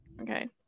Okay